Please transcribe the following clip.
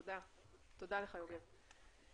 תודה יוגב.